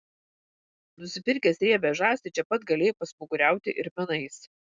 nusipirkęs riebią žąsį čia pat galėjai pasmaguriauti ir menais